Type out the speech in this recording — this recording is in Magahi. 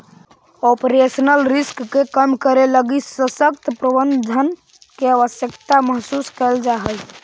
ऑपरेशनल रिस्क के कम करे लगी सशक्त प्रबंधन के आवश्यकता महसूस कैल जा हई